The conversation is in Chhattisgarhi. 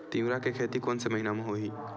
तीवरा के खेती कोन से महिना म होही?